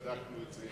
בדקנו את זה,